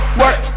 work